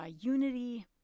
unity